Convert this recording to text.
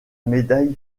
médaille